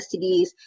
stds